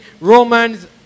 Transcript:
Romans